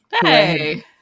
Hey